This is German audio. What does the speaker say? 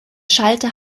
schalter